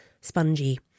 spongy